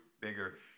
bigger